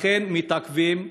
ולכן מתעכבים.